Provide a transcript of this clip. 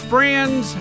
Friends